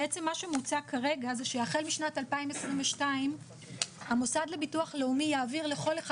מה שמוצג כרגע זה שהחל משנת 2022 המוסד לביטוח לאומי יעביר לכל אחד